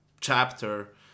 chapter